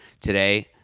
Today